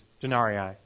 denarii